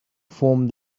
form